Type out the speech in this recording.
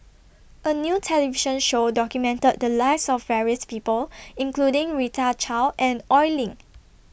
A New television Show documented The Lives of various People including Rita Chao and Oi Lin